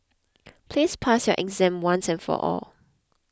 please pass your exam once and for all